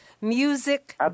Music